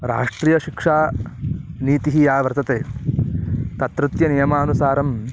राष्ट्रीयशिक्षानीतिः या वर्तते तत्रत्यनियमानुसारं